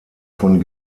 von